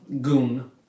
goon